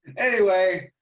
anyway,